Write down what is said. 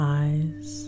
eyes